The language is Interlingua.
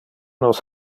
nos